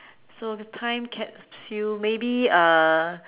so the time capsule maybe uh